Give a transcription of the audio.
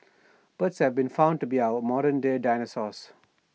birds have been found to be our modern day dinosaurs